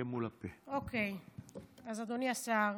אדוני השר,